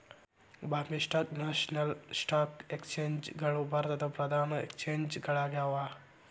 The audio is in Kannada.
Bombay stock national stock exchange ಗಳು ಭಾರತದ್ ಪ್ರಧಾನ ಎಕ್ಸ್ಚೇಂಜ್ ಗಳಾಗ್ಯಾವ